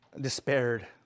despaired